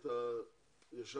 זה לא כל כך המשך העסקה,